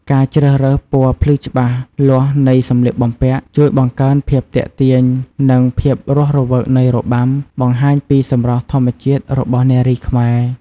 ការជ្រើសរើសពណ៌ភ្លឺច្បាស់លាស់នៃសម្លៀកបំពាក់ ជួយបង្កើនភាពទាក់ទាញ និងភាពរស់រវើកនៃរបាំ បង្ហាញពីសម្រស់ធម្មជាតិរបស់នារីខ្មែរ។